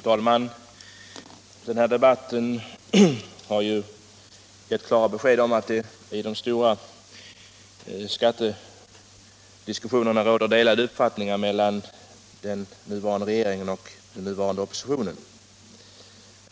Herr talman! Denna debatt har gett klara besked om att det i de stora skattefrågorna råder delade uppfattningar mellan den nuvarande regeringen och den nuvarande oppositionen.